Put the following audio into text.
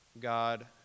God